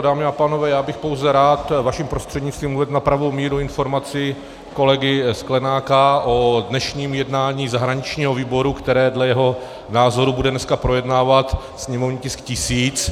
Dámy a pánové, já bych pouze rád vaším prostřednictvím uvedl na pravou míru informaci kolegy Sklenáka o dnešním jednání zahraničního výboru, který dle jeho názoru bude projednávat sněmovní tisk 1000.